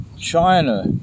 China